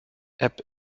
app